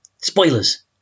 Spoilers